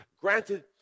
granted